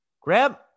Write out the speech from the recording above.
Grab